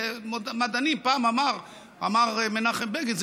פעם אמר מנחם בגין,